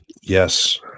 Yes